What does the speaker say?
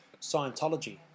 Scientology